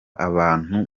abantu